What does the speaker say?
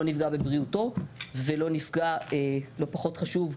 לא נפגע בבריאותו ולא פחות חשוב,